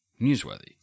newsworthy